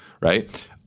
right